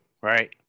right